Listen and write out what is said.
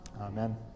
Amen